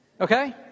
Okay